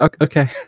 Okay